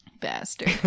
bastard